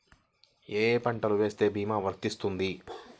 ఏ ఏ పంటలు వేస్తే భీమా వర్తిస్తుంది?